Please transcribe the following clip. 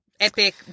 Epic